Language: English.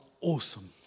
awesome